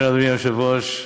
אדוני היושב-ראש,